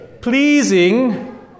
pleasing